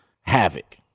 havoc